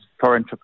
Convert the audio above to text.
foreign